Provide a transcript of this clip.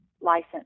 license